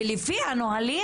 לפי הנהלים,